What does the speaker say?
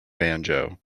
banjo